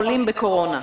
חולים בקורונה.